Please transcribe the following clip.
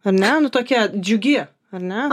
ane nu tokia džiugi ane